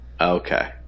Okay